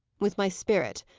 with my spirit.